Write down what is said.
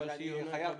אני חייב.